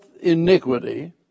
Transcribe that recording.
iniquity